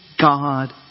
God